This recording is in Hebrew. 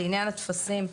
לעניין הטפסים,